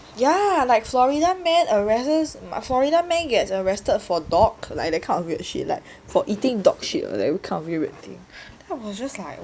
ya like florida man arres~ florida man gets arrested for dog like that kind of weird shit like for eating dog shit or that kind of weird weird thing then I was just like what even